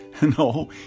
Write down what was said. No